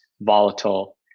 volatile